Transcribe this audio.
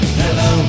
hello